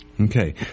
okay